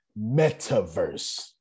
Metaverse